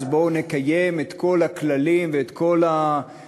אז בואו נקיים את כל הכללים ואת כל הנהלים,